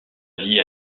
vie